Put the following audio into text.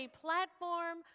platform